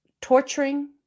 torturing